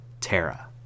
Tara